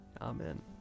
Amen